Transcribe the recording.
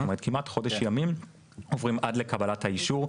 זאת אומרת, כמעט חודש ימים עוברים עד לקבל האישור.